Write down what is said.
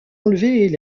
enlever